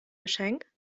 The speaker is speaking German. geschenk